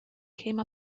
came